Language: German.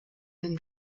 den